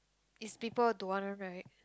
is people don't want one right